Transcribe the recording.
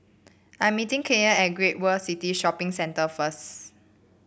I am meeting Kylan at Great World City Shopping Centre first